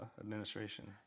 administration